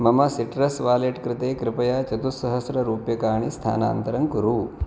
मम citrus wallet कृते कृपया चतुस्सहस्ररूप्यकाणि स्थानान्तरं कुरु